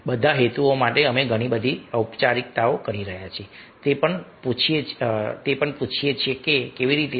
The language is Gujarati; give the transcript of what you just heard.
બધા હેતુઓ માટે અમે ઘણી બધી ઔપચારિકતાઓ કરી રહ્યા છીએ તે પણ પૂછીએ છીએ કે તે કેવી રીતે છે